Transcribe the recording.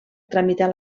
tramitar